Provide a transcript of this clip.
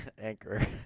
anchor